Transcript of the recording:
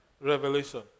revelation